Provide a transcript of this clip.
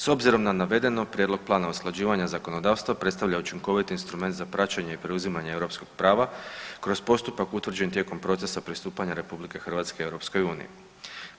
S obzirom na navedeno prijedlog plana usklađivanja zakonodavstva predstavlja učinkoviti instrument za praćenje i preuzimanje europskog prava kroz postupak utvrđen tijekom procesa pristupanja Republike Hrvatske EU.